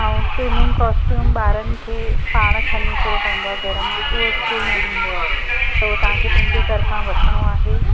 ऐं swimming costume ॿारनि खे पाण खणी अचिणो पवंदो आहे घर मां उहा स्कूल न ॾींदो आ त उहो तव्हांखे पंहिंजे तर्फ़ा वठिणो आहे